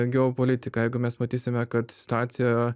geopolitika jeigu mes matysime kad situacija